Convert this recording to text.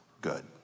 good